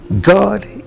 God